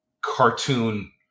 cartoon